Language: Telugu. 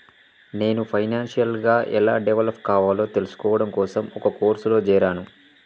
నేను ఫైనాన్షియల్ గా ఎలా డెవలప్ కావాలో తెల్సుకోడం కోసం ఒక కోర్సులో జేరాను